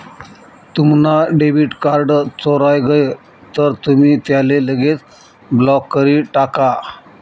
तुम्हना debit card चोराय गय तर तुमी त्याले लगेच ब्लॉक करी टाका